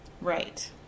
Right